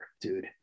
dude